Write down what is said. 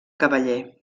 cavaller